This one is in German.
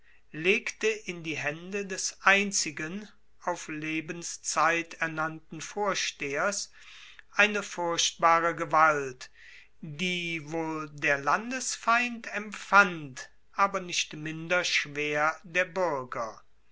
legte in die haende des einzigen auf lebenszeit ernannten vorstehers eine furchtbare gewalt die wohl der landesfeind empfand aber nicht minder schwer der buerger